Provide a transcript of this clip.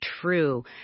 true